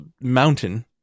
mountain –